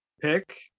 pick